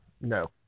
No